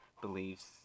beliefs